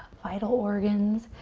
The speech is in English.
vital organs.